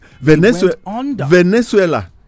Venezuela